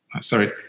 Sorry